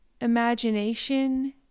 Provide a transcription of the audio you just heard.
Imagination